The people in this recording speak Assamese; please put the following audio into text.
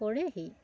কৰেহি